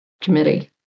Committee